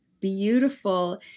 beautiful